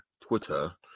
Twitter